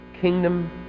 kingdom